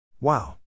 wow